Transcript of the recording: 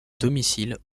domicile